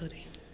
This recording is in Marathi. धर हे